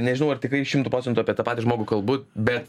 nežinau ar tikrai šimtu procentų apie tą patį žmogų kalbu bet